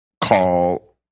call